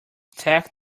tack